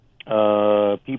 people